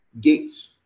Gates